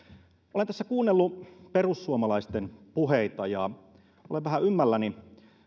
olen tässä kuunnellut perussuomalaisten puheita ja olen vähän ymmälläni